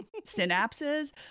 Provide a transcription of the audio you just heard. synapses